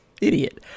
idiot